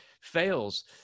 fails